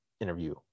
interview